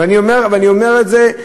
ואני אומר את זה,